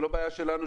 זו לא בעיה שלנו,